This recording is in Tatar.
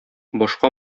башка